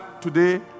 today